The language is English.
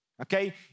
okay